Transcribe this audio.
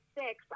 six